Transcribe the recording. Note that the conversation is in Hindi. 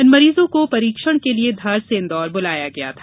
इन मरीजों को परीक्षण के लिए धार से इंदौर बुलाया गया था